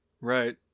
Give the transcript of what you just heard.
Right